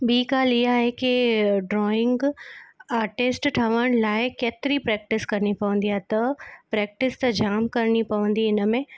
ॿी ॻाल्हि हीअ आहे की ड्रॉइंग आर्टिस्ट ठहण लाइ केतिरी प्रैक्ट्रिस करिणी पवंदी आहे त प्रैक्टिस त जाम करिणी पवंदी इनमें